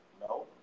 No